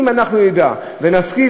אם נדע ונשכיל,